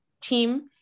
team